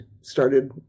started